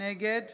נגד